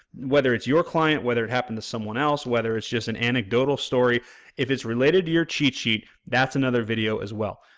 whether it's your client, whether it happened to someone else, whether it's just an anecdotal story if it's related to our cheat sheet that's another video as well.